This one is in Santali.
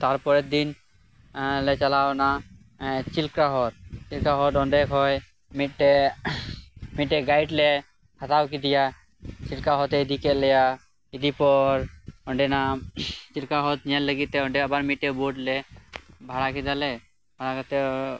ᱛᱟᱨᱯᱚᱨᱮᱨ ᱫᱤᱱ ᱪᱟᱞᱟᱣ ᱱᱟ ᱪᱤᱞᱠᱟ ᱦᱨᱚᱫᱽ ᱪᱤᱞᱠᱟ ᱦᱨᱚᱫᱽ ᱚᱸᱰᱮ ᱠᱷᱚᱡ ᱢᱤᱜᱴᱮᱡ ᱢᱤᱜᱴᱮᱡ ᱜᱟᱭᱤᱰ ᱞᱮ ᱦᱟᱛᱟᱣ ᱠᱮᱫᱮᱭᱟ ᱪᱤᱞᱠᱟ ᱦᱨᱚᱫᱽ ᱮ ᱤᱫᱤᱠᱮᱜ ᱞᱮᱭᱟ ᱤᱫᱤ ᱯᱚᱨ ᱚᱸᱰᱮᱱᱟᱜ ᱪᱤᱞᱠᱟ ᱦᱨᱚᱫᱽ ᱧᱮᱞ ᱞᱟᱜᱤᱜ ᱛᱮ ᱚᱸᱰᱮ ᱟᱵᱟᱨ ᱢᱤᱜᱴᱮᱡ ᱵᱳᱰ ᱞᱮ ᱵᱷᱟᱲᱟ ᱠᱮᱫᱟᱞᱮ ᱵᱷᱟᱲᱟ ᱠᱟᱛᱮᱜ